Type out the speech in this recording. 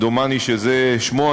דומני שזה שמו,